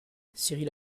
cyrille